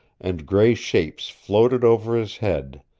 and gray shapes floated over his head,